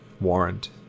Warrant